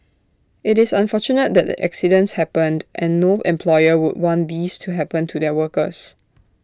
IT is unfortunate that the accidents happened and no employer would want these to happen to their workers